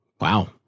wow